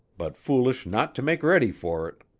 but foolish not to make ready for it.